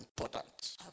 important